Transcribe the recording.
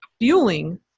fueling